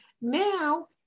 Now